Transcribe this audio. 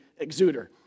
exuder